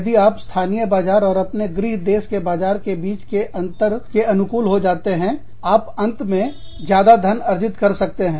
यदि आप स्थानीय बाजार और अपने गृह देश के बाजार के बीच के अंतर के अनुकूल हो जाते हैं आप अंत में ज्यादा धन अर्जित कर सकते हैं